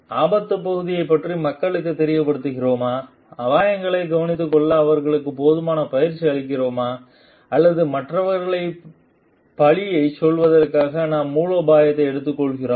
ஆபத்துப் பகுதியைப் பற்றி மக்களுக்குத் தெரியப்படுத்தியிருக்கிறோமா அபாயங்களைக் கவனித்துக்கொள்ள அவர்களுக்குப் போதுமான பயிற்சி அளித்திருக்கிறோமா அல்லது மற்றவர்களுக்குப் பழியைச் செலுத்துவதற்காகவே நாம் மூலோபாயத்தை எடுத்துக் கொண்டிருக்கிறோம்